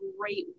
great